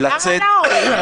למה לא?